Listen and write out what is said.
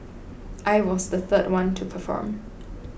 I was the third one to perform